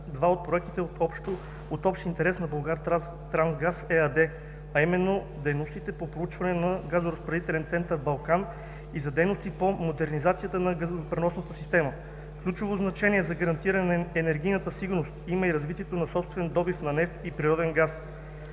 два от проектите от общ интерес на „Булгартрансгаз“ ЕАД, а именно дейностите по проучване за газоразпределителен център „Балкан“ и за дейности по модернизацията на газопреносната система. Ключово значение за гарантиране на енергийната сигурност има и развитието на собствения добив на нефт и природен газ.